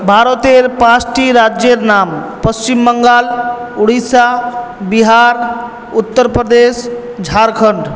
ভারতের পাঁচটি রাজ্যের নাম পশ্চিমবঙ্গ ওড়িশা বিহার উত্তরপ্রদেশ ঝাড়খণ্ড